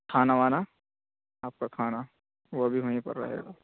کھانا وانا آپ کا کھانا وہ بھی وہیں پر رہے گا